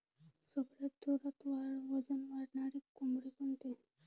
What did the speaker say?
सगळ्यात जोरात वजन वाढणारी कोंबडी कोनची?